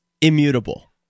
immutable